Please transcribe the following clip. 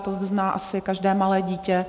To uzná asi každé malé dítě.